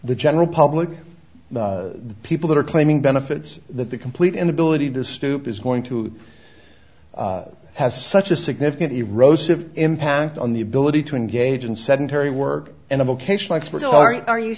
the general public the people that are claiming benefits that the complete inability to stoop is going to has such a significant erosive impact on the ability to engage in sedentary work and a vocational expert all right are you